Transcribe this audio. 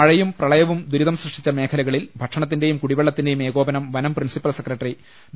മഴയും പ്രളയവും ദുരിതം സൃഷ്ടിച്ച മേഖലകളിൽ ഭക്ഷണത്തിന്റേയും കുടിവെള്ള ത്തിന്റേയും ഏകോപനം വനം പ്രിൻസിപ്പൽ സെക്രട്ടറി ഡോ